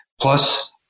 plus